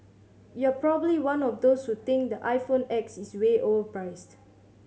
you're probably one of those who think the iPhone X is way overpriced